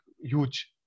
huge